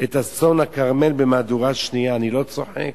את אסון הכרמל במהדורה שנייה, אני לא צוחק.